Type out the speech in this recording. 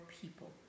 people